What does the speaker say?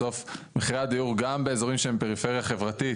בסוף, מחירי הדיור, גם באזורים שהם פריפריה חברתית